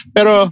Pero